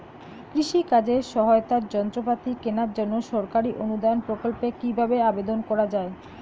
কৃষি কাজে সহায়তার যন্ত্রপাতি কেনার জন্য সরকারি অনুদান প্রকল্পে কীভাবে আবেদন করা য়ায়?